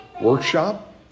workshop